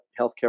healthcare